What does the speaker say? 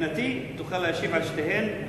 מבחינתי תוכל להשיב על שתיהן.